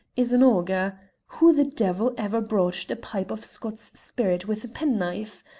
is an auger who the devil ever broached a pipe of scots spirits with a penknife?